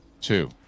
two